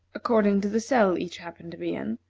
according to the cell each happened to be in,